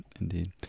indeed